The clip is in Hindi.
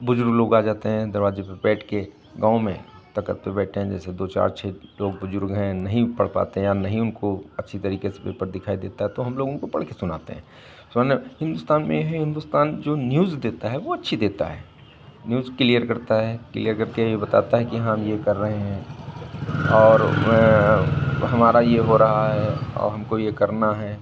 बुज़ुर्ग लोग आ जाते हैं दरवाजे पे बैठ के गाँव में तख्त पे बैठे हैं जैसे दो चार छह लोग बुज़ुर्ग हैं नहीं वो पढ़ पाते हैं या नहीं उनको अच्छी तरीके से पेपर दिखाई देता है तो हम लोग उनको पढ़ के सुनाते हैं सो ना हिन्दुस्तान में ये है हिन्दुस्तान जो न्यूज़ देता है वो अच्छी देता है न्यूज़ क्लियर करता है क्लियर करके ये बताता है कि हाँ हम ये कर रहे हैं और हमारा ये हो रहा है और हमको ये करना है